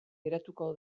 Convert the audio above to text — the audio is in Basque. geratuko